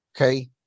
Okay